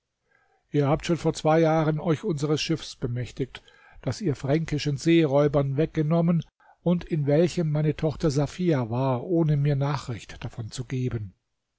ihr habt schon vor zwei jahren euch unseres schiffs bemächtigt das ihr fränkischen seeräubern weggenommen und in welchem meine tochter safia war ohne mir nachricht davon zu geben